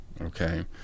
okay